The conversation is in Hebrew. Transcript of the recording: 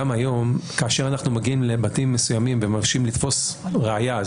כאשר אנחנו מגיעים לבתים מסוימים ומבקשים לתפוס ראיה,